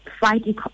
fight